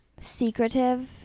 secretive